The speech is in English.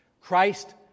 Christ